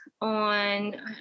on